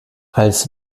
als